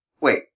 wait